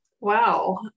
wow